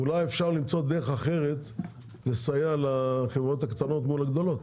אולי אפשר למצוא דרך אחרת לסייע לחברות הקטנות מול הגדולות,